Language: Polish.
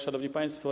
Szanowni Państwo!